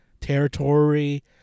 territory